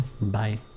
bye